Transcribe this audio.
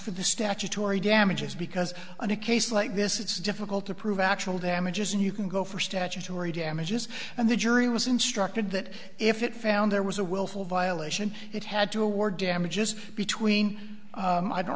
for the statutory damages because on a case like this it's difficult to prove actual damages and you can go for statutory damages and the jury was instructed that if it found there was a willful violation it had to award damages between i don't